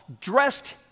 dressed